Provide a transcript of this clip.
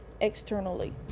externally